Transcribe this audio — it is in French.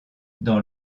dans